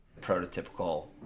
prototypical